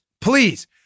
please